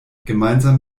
gemeinsam